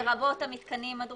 לרבות המתקנים.